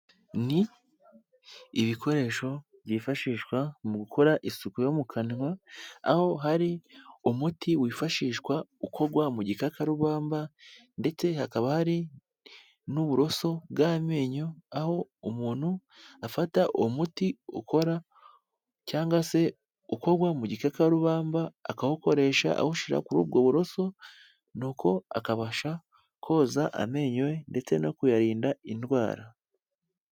Ni ibikoresho byifashishwa mu gukora isuku yo mu kanwa, aho hari umuti wifashishwa ukorwa mu gikakarubamba ndetse hakaba hari n'uburoso bw'amenyo aho umuntu afata uwo muti ukora cyangwa se ukorwa mu gikakarubamba akawukoresha awushyira kuri ubwo buroso nuko akabasha koza amenyo ndetse no kuyarinda indwara.